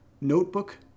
notebook